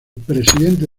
presidente